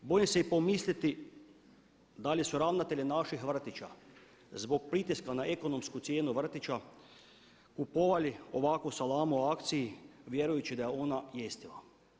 Bojim se i pomisliti da li su ravnatelji naših vrtića zbog pritiska na ekonomsku cijenu vrtića kupovali ovakvu salamu na akciji vjerujući da je ona jestiva.